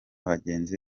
bagenzi